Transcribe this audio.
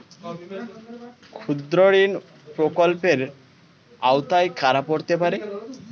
ক্ষুদ্রঋণ প্রকল্পের আওতায় কারা পড়তে পারে?